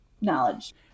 knowledge